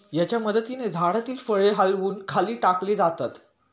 याच्या मदतीने झाडातील फळे हलवून खाली टाकली जातात